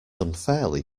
unfairly